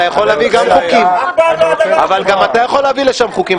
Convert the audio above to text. גם אתה יכול להביא חוקים.